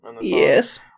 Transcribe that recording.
Yes